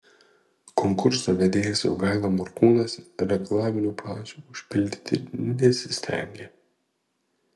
konkurso vedėjas jogaila morkūnas reklaminių pauzių užpildyti nesistengė